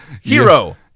hero